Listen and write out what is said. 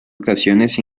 ocasiones